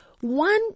one